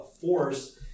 force